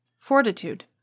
FORTITUDE